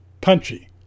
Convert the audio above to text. punchy